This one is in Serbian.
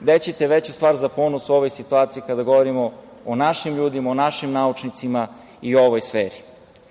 Gde ćete veću stvar za ponos u ovoj situaciji kada govorimo o našim ljudima, o našim naučnicima i u ovoj sferi? Nema